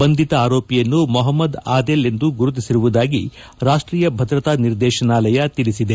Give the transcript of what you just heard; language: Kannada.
ಬಂಧಿತ ಆರೋಪಿಯನ್ನು ಮೊಹಮ್ಮದ್ ಆದೆಲ್ ಎಂದು ಗುರುತಿಸಿರುವುದಾಗಿ ರಾಷ್ಷೀಯ ಭದ್ರತಾ ನಿರ್ದೇಶನಾಲಯ ತಿಳಿಸಿದೆ